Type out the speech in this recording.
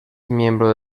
miembro